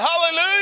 hallelujah